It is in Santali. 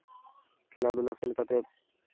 ᱠᱷᱮᱞᱟ ᱫᱷᱩᱞᱟ ᱥᱮᱫ ᱞᱮᱠᱟᱛᱮ